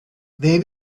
they